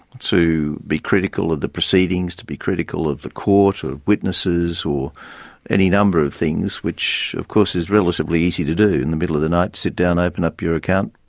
to be critical of the proceedings, to be critical of the court, of witnesses or any number of things, which of course is relatively easy to do in the middle of the night, sit down, open up your account,